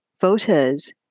voters